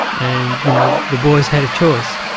and you know the boys had a choice.